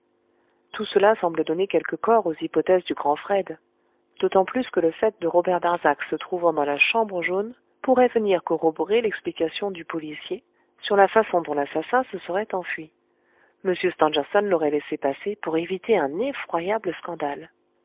tout cela semble donner quelque corps aux hypothèses du grand fred d'autant plus que le fait de robert darzac se trouvant dans la chambre jaune pourrait venir corroborer l'explication du policier sur la façon dont l'assassin se serait enfui m stangerson l'aurait laissé passer pour éviter un scandale